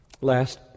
Last